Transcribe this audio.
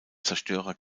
zerstörer